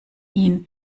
ihn